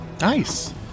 Nice